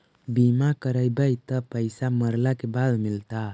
बिमा करैबैय त पैसा मरला के बाद मिलता?